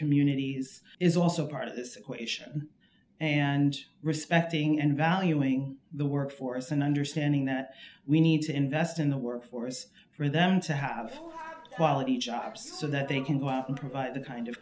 communities is also part of this equation and respecting and valuing the workforce and understanding that we need to invest in the workforce for them to have quality jobs so that they can go out and provide the kind of